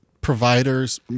providers